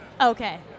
Okay